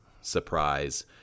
surprise